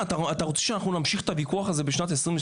מה אתה רוצה שאנחנו נמשיך את הוויכוח הזה בשנת 2023?